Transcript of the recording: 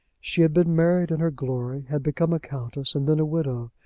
she had been married in her glory, had become a countess, and then a widow,